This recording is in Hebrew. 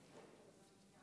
לנו על